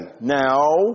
now